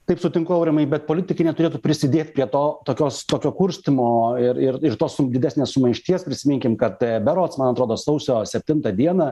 taip sutinku aurimai bet politikai neturėtų prisidėt prie to tokios tokio kurstymo ir ir ir tos didesnės sumaišties prisiminkim kad berods man atrodo sausio septintą dieną